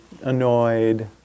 annoyed